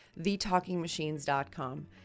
thetalkingmachines.com